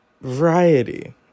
Variety